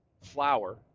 flour